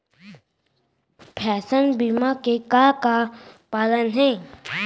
Pension बीमा के का का प्लान हे?